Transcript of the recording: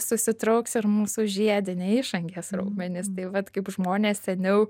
susitrauks ir mūsų žiediniai išangės raumenys tai vat kaip žmonės seniau